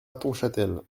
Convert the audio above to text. hattonchâtel